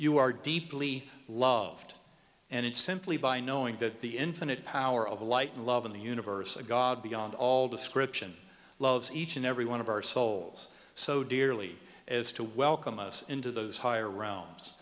you are deeply loved and it's simply by knowing that the infinite power of light and love in the universe of god beyond all description loves each and every one of our souls so dearly as to welcome us into those higher ro